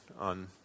on